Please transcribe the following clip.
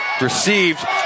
received